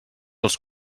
als